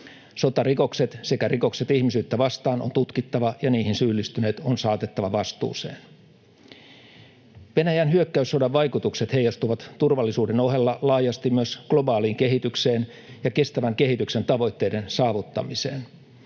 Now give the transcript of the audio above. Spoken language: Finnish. Sotarikokset sekä rikokset ihmisyyttä vastaan on tutkittava ja niihin syyllistyneet on saatettava vastuuseen. Venäjän hyökkäyssodan vaikutukset heijastuvat turvallisuuden ohella laajasti myös globaaliin kehitykseen ja kestävän kehityksen tavoitteiden saavuttamiseen.